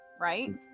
right